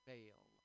Fail